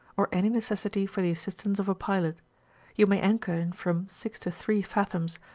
or any necessity for the assistance of a pilot you may anchor in from six to three fathoms,